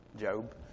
Job